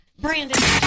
Brandon